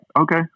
okay